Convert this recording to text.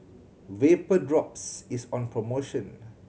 Vapodrops is on promotion